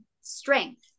strength